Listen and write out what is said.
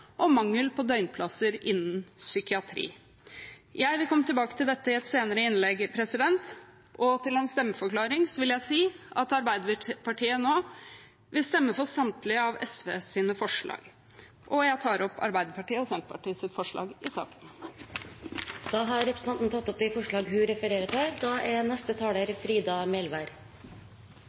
og mangel på døgnplasser innen psykiatri. Jeg vil komme tilbake til dette i et senere innlegg. Som en stemmeforklaring vil jeg si at Arbeiderpartiet vil stemme for samtlige av SVs forslag. Jeg tar opp Arbeiderpartiet og Senterpartiets forslag i saken. Representanten Maria Aasen-Svensrud har tatt opp det forslaget hun refererte til.